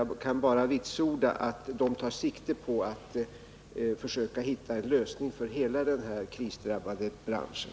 Jag kan bara vitsorda att de tar sikte på att man skall försöka finna en lösning för hela den här krisdrabbade branschen.